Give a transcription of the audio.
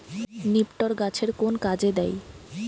নিপটর গাছের কোন কাজে দেয়?